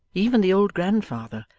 even the old grandfather,